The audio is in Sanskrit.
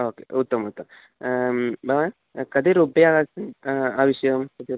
ओ के उत्तमम् उत्तमम् भवान् कति रूप्यकं आवश्यकं कति रूप्यकं